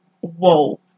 whoa